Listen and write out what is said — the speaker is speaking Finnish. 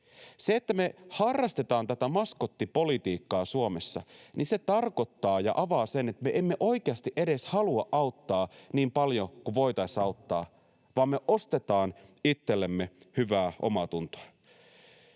Se, että me harrastetaan tätä maskottipolitiikkaa Suomessa, tarkoittaa sitä ja avaa sen, että me emme oikeasti edes halua auttaa niin paljon kuin voitaisiin auttaa vaan me ostetaan itsellemme hyvää omaatuntoa.